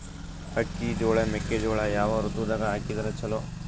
ಅಕ್ಕಿ, ಜೊಳ, ಮೆಕ್ಕಿಜೋಳ ಯಾವ ಋತುದಾಗ ಹಾಕಿದರ ಚಲೋ?